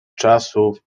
czasów